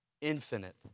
infinite